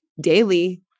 daily